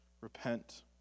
repent